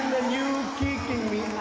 you kicking